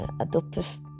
adoptive